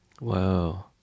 Wow